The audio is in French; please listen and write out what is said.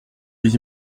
les